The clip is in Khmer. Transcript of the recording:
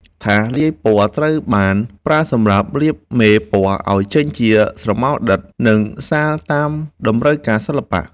ថាសលាយពណ៌ ត្រូវបានប្រើសម្រាប់លាយមេពណ៌ឱ្យចេញជាស្រមោលដិត និងស្រាលតាមតម្រូវការសិល្បៈ។